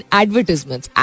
advertisements